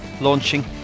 launching